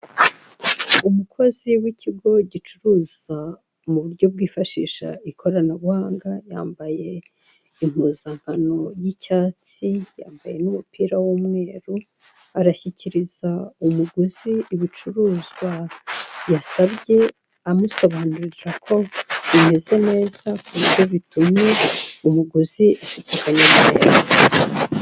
Umukozi w'ikigo gicuruza mu buryo bwifashisha ikoranabuhanga. Yambaye impuzankano y'icyatsi, yambaye n'umupira w'umweru. Arashyikiriza umuguzi ibicuruzwa yasabye amusobanurira ko bimeze neza ku buryo bitumye umuguzi.